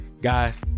guys